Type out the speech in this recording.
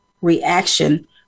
reaction